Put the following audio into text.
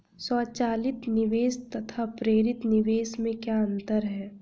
स्वचालित निवेश तथा प्रेरित निवेश में क्या अंतर है?